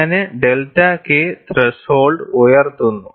അങ്ങനെ delta K threshold ഉയർത്തുന്നു